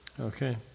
Okay